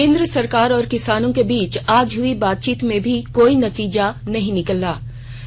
केंद्र सरकार और किसानों के बीच आज हुई बातचीत में भी कोई नतीजा नहीं निकल पाया